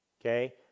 okay